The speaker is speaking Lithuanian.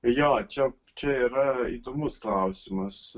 jo čia čia yra įdomus klausimas